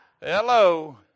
Hello